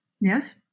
Yes